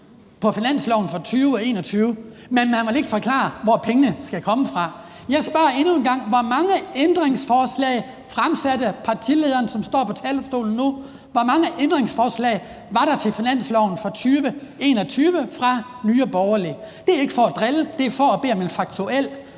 på finansloven for 2021, men at man ikke vil forklare, hvor pengene skal komme fra. Jeg spørger endnu en gang: Hvor mange ændringsforslag fremsatte partilederen, som står på talerstolen nu, altså hvor mange ændringsforslag var der til finansloven for 2021 fra Nye Borgerlige? Det er ikke for at drille; det er for at bede om en faktuel,